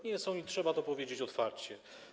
Nie są i trzeba to powiedzieć otwarcie.